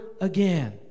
again